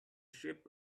ship